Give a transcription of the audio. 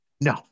No